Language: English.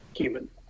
human